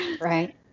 Right